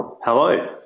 Hello